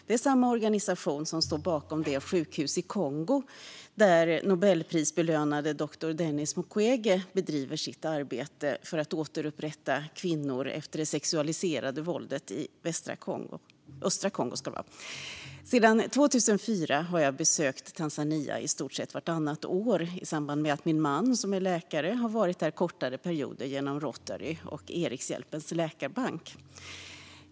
Det är samma organisation som står bakom det sjukhus i Kongo där Nobelprisbelönade doktor Denis Mukwege bedriver sitt arbete för att återupprätta kvinnor efter det sexualiserade våldet i östra Kongo. Sedan 2004 har jag besökt Tanzania i stort sett vartannat år i samband med att min man, som är läkare, varit där kortare perioder genom Rotary och Erikshjälpens läkarbank.